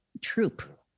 Troop